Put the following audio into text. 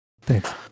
Thanks